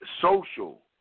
social